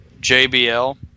JBL